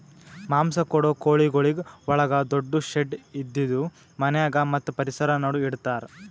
ಮಾಂಸ ಕೊಡೋ ಕೋಳಿಗೊಳಿಗ್ ಒಳಗ ದೊಡ್ಡು ಶೆಡ್ ಇದ್ದಿದು ಮನ್ಯಾಗ ಮತ್ತ್ ಪರಿಸರ ನಡು ಇಡತಾರ್